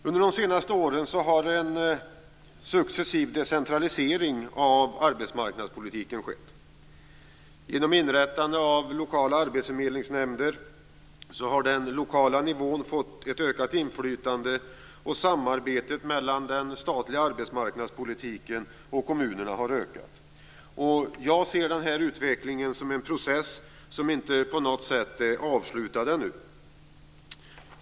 Under de senaste åren har en successiv decentralisering av arbetsmarknadspolitiken skett. Genom inrättande av lokala arbetsförmedlingsnämnder har den lokala nivån fått ett ökat inflytande och samarbetet mellan den statliga arbetsmarknadspolitiken och kommunerna har ökat. Jag ser denna utveckling som en process som inte på något sätt är avslutad ännu.